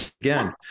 again